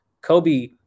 Kobe